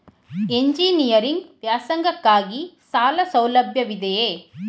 Engineering ವ್ಯಾಸಂಗಕ್ಕಾಗಿ ಸಾಲ ಸೌಲಭ್ಯವಿದೆಯೇ?